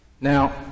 Now